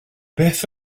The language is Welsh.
beth